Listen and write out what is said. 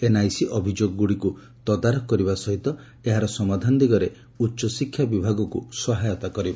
NIC ଅଭିଯୋଗଗୁଡ଼ିକୁ ତଦାରଖ କରିବା ସହିତ ଏହାର ସମାଧାନ ଦିଗରେ ଉଚ୍ଚଶିକ୍ଷା ବିଭାଗକୁ ସହାୟତା କରିବ